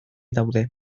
daude